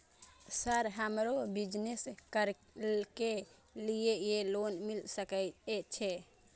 Sir हमरो business करके ली ये लोन मिल सके छे?